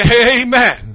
Amen